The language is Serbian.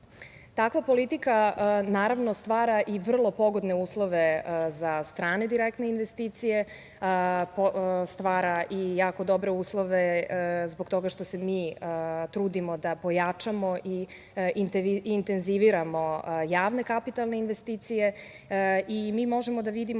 Takva politika naravno stvara i vrlo pogodne uslove za strane direktne investicije, stvara i jako dobre uslove zbog toga što se mi trudimo da pojačamo i intenziviramo javne kapitalne investicije i mi možemo da vidimo